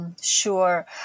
Sure